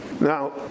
Now